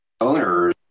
owners